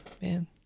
man